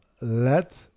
let